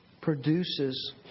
produces